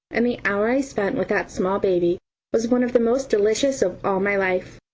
and the hour i spent with that small baby was one of the most delicious of all my life.